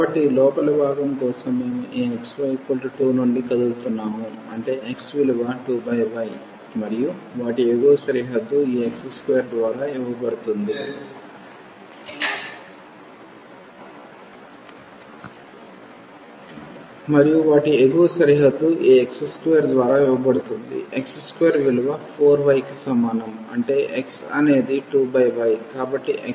కాబట్టి లోపలి భాగం కోసం మేము ఈ xy 2 నుండి కదులుతున్నాము అంటే x విలువ 2y మరియు వాటి ఎగువ సరిహద్దు ఈ x2 ద్వారా ఇవ్వబడుతుంది x2విలువ 4 y కి సమానం అంటే x అనేది 2y